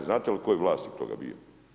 Znate li tko je vlasnik toga bio?